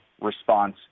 response